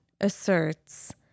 asserts